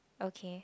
okay